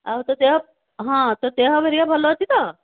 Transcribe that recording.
ଆଉ ତୋ ଦେହ ହଁ ତୋ ଦେହ ହେରିକା ଭଲ ଅଛି ତ